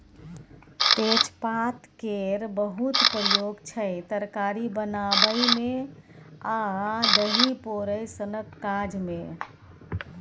तेजपात केर बहुत प्रयोग छै तरकारी बनाबै मे आ दही पोरय सनक काज मे